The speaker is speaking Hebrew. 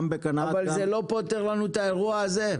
אבל זה לא פותר לנו את האירוע הזה.